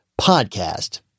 podcast